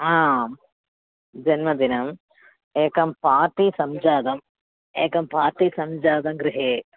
आं जन्मदिनम् एकं पार्टी सञ्जातम् एकं पार्टि सञ्जातं गृहे